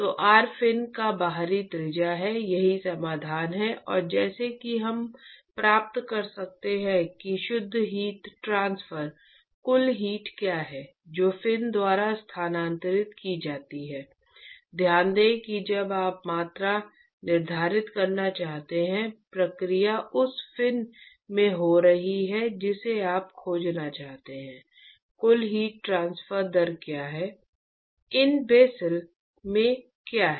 तो R fin का बाहरी त्रिज्या है यही समाधान है और जैसा कि हम प्राप्त कर सकते है कि शुद्ध हीट ट्रांसफर कुल हीट क्या है जो फिन द्वारा स्थानांतरित की जाती है ध्यान दें कि जब आप मात्रा निर्धारित करना चाहते हैं प्रक्रिया उस फिन में हो रही है जिसे आप खोजना चाहते हैं कुल हीट ट्रांसफर दर क्या है